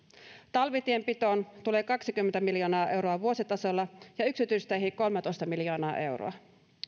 talvitienpitoon tulee kaksikymmentä miljoonaa euroa vuositasolla ja yksityisteihin kolmetoista miljoonaa euroa